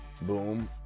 boom